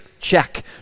Check